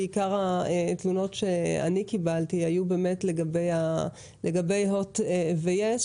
כי עיקר התלונות שאני קיבלתי היו לגבי הוט ויס,